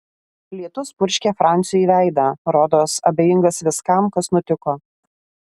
lietus purškė franciui į veidą rodos abejingas viskam kas nutiko